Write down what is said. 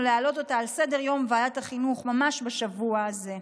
להעלות אותה על סדר-יום ועדת החינוך ממש בשבוע הזה.